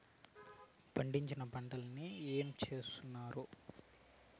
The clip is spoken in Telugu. పండించిన పంటలని ఏమి చేస్తున్నారు?